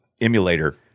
emulator